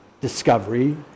discovery